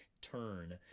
turn